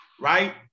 right